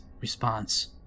response